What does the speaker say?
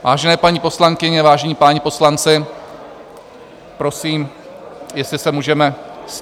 Vážené paní poslankyně, vážení páni poslanci, prosím, jestli se můžeme ztišit.